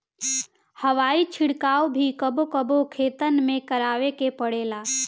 हवाई छिड़काव भी कबो कबो खेतन में करावे के पड़ेला